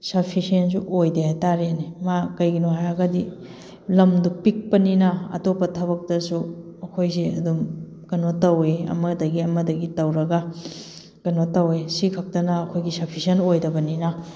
ꯁꯞꯐꯤꯁꯦꯟꯁꯨ ꯑꯣꯏꯗꯦ ꯍꯥꯏꯇꯥꯔꯦꯅꯦ ꯃꯥ ꯀꯩꯒꯤꯅꯣ ꯍꯥꯏꯔꯒꯗꯤ ꯂꯝꯗꯣ ꯄꯤꯛꯄꯅꯤꯅ ꯑꯇꯣꯞꯄ ꯊꯕꯛꯇꯁꯨ ꯑꯩꯈꯣꯏꯁꯦ ꯑꯗꯨꯝ ꯀꯩꯅꯣ ꯇꯧꯋꯦ ꯑꯃꯗꯒꯤ ꯑꯃꯗꯒꯤ ꯇꯧꯔꯒ ꯀꯩꯅꯣ ꯇꯧꯋꯦ ꯁꯤꯈꯛꯇꯅ ꯑꯩꯈꯣꯏꯒꯤ ꯁꯞꯐꯤꯁꯦꯟ ꯑꯣꯏꯗꯕꯅꯤꯅ